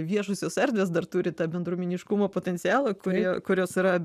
viešosios erdvės dar turi tą bendruomeniškumo potencialą kurie kurios yra